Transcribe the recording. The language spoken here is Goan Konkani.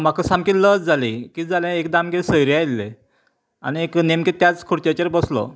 म्हाका सामकी लज जाली कितें जालें एकदां आमगेर सोयरे आयिल्ले आनीक नेमकें त्याच खुर्चेचेर बसलो